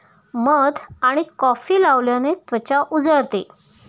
मध आणि कॉफी लावल्याने त्वचा उजळते